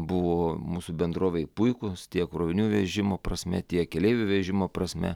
buvo mūsų bendrovei puikūs tiek krovinių vežimo prasme tiek keleivių vežimo prasme